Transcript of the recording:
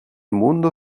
mundo